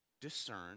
discern